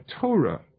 Torah